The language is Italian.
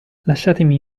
lasciatemi